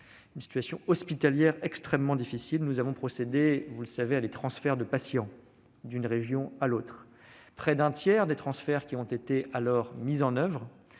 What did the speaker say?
une situation hospitalière extrêmement difficile, nous avons procédé à des transferts de patients d'une région à l'autre. Près d'un tiers de ces transferts a été mis en oeuvre